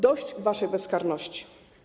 Dość waszej bezkarności.